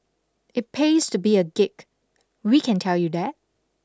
it pays to be a geek we can tell you that